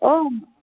आम्